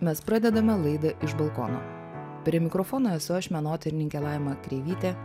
mes pradedame laidą iš balkono prie mikrofono esu aš menotyrininkė laima kreivytė